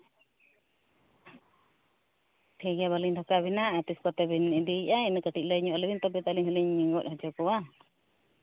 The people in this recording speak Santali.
ᱴᱷᱤᱠᱜᱮᱭᱟ ᱵᱟᱹᱞᱤᱧ ᱫᱷᱚᱠᱟ ᱵᱮᱱᱟ ᱟᱨ ᱛᱤᱥ ᱠᱚᱛᱮ ᱵᱤᱱ ᱤᱫᱤᱭᱮᱜᱼᱟ ᱤᱱᱟᱹ ᱠᱟᱹᱴᱤᱡ ᱞᱟᱹᱭ ᱧᱚᱜ ᱟᱹᱞᱤᱧ ᱵᱮᱱ ᱛᱚᱵᱮ ᱛᱚ ᱟᱹᱞᱤᱧ ᱦᱚᱞᱤᱧ ᱜᱚᱫ ᱦᱚᱪᱚ ᱠᱚᱣᱟ